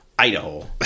Idaho